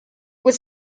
was